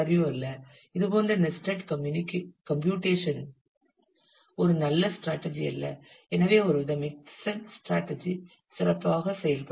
U அல்ல இதுபோன்ற nested computations ஒரு நல்ல ஸ்ட்ராடஜி அல்ல எனவே ஒருவித மிக்ஸட் ஸ்ட்ராடஜி சிறப்பாக செயல்படும்